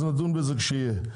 אז נדון בזה כשיהיה,